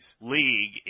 League